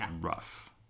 rough